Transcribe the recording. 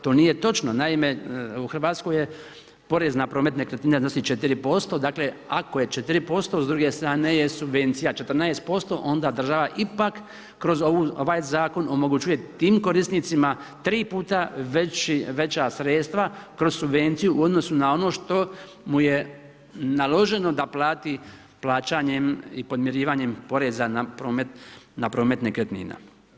To nije točno, naime u Hrvatskoj je porez na promet nekretnina iznosi 4%, dakle ako je 4%, s druge strane je subvencija 14%, onda država ipak kroz ovaj zakon omogućuje tim korisnicima 3 puta veća sredstva kroz subvenciju u odnosu na ono što mu je naloženo da plati plaćanjem i podmirivanjem poreza na promet nekretnina.